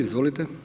Izvolite.